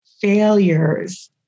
failures